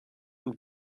und